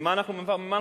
ממה אנחנו חוששים?